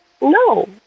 no